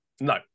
No